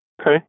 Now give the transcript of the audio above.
Okay